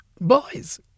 Boys